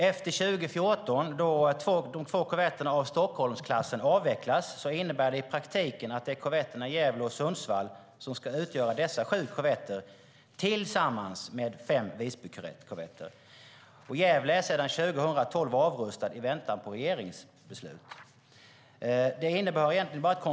Efter 2014, då de två korvetterna av Stockholmsklassen avvecklas, är det i praktiken korvetterna Gävle och Sundsvall som tillsammans med fem Visbykorvetter ska utgöra dessa sju korvetter - och Gävle är sedan 2012 avrustad i väntan på regeringsbeslut.